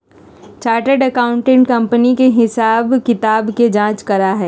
chartered accountant company के हिसाब किताब के जाँच करा हई